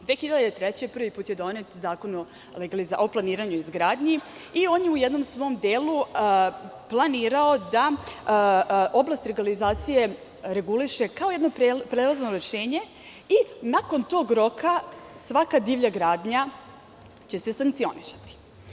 Godine 2003. prvi put je donet Zakon o planiranju i izgradnji i on je u jednom svom delu planirao da oblast legalizacije reguliše kao jedno prelazno rešenje i nakon tog roka svaka divlja gradnja će se sankcionisati.